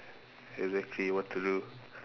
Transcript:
exactly what to do